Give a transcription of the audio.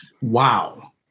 Wow